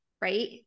right